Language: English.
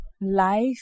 life